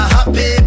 Happy